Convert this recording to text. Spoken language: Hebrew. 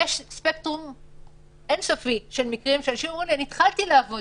יש המון מקרים שאנשים אומרים שהם התחילו לעבוד